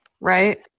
Right